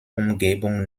umgebung